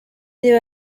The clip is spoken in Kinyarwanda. niba